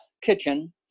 kitchen